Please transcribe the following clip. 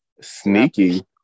Sneaky